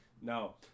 no